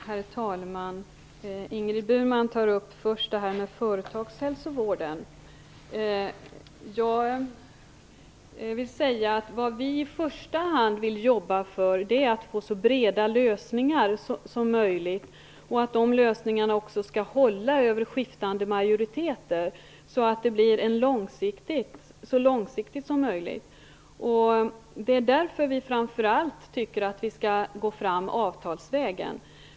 Herr talman! Ingrid Burman tog upp frågan om företagshälsovården. Men vad vi i första hand vill jobba för är att få så breda lösningar som möjligt och att de lösningarna skall hålla över skiftande majoriteter, så att det blir så långsiktigt som möjligt. Det är framför allt därför som vi tycker att man skall gå fram avtalsvägen.